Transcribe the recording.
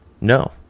No